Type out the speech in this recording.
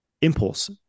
impulse